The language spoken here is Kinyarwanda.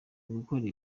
ugukora